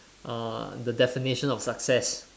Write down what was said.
uh the definition of success